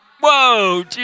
Whoa